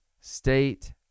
State